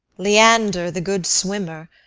leander the good swimmer,